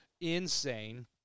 Insane